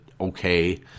okay